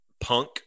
punk